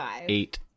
Eight